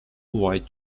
white